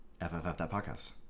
fffthatpodcast